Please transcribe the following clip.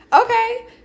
okay